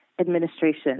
administration